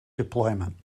deployment